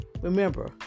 remember